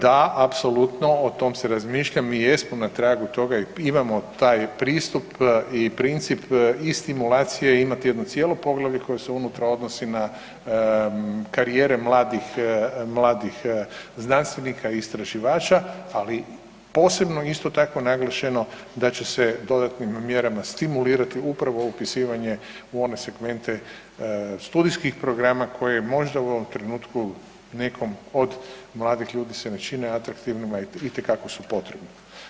Da apsolutno o tom se razmišlja, mi jesmo na tragu toga i imamo taj pristup i princip i stimulacije, imate jedno cijelo poglavlje koje se unutra odnosi na karijere mladih, mladih znanstvenika i istraživača, ali posebno isto tako je naglašeno da će se dodatnim mjerama stimulirati upravo upisivanje u one segmente studijskih programa koje možda u ovom trenutku nekom od mladih ljudi se ne čine atraktivnima, a itekako su potrebni.